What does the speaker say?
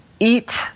eat